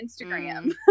Instagram